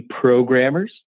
programmers